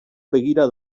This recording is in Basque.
begira